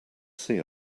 see